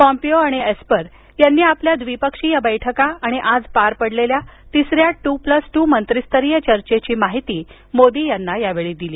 Pompeo आणि Esper यांनी आपल्या द्विपक्षीय बैठका आणि आज पार पडलेल्या तिसऱ्या टू प्लस टू मंत्रीस्तरीय चर्चेची माहिती मोदी यांना दिली